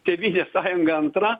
tėvynės sąjunga antra